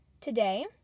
today